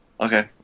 Okay